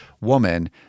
woman